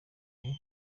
hehe